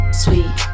sweet